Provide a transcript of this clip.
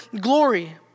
glory